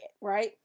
right